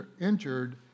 injured